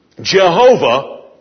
Jehovah